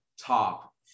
top